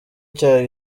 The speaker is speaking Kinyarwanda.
cya